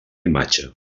imatge